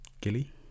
Gilly